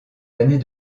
années